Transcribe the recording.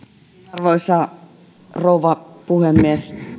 arvoisa rouva puhemies